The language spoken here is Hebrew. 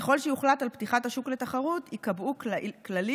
וככל שיוחלט על פתיחת השוק לתחרות ייקבעו כללים